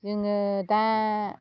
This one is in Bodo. जोङो दा